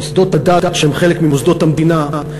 מוסדות הדת שהם חלק ממוסדות המדינה,